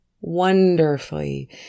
wonderfully